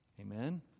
Amen